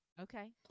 Okay